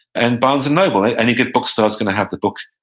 and barnes and noble. any good bookstore is going to have the book.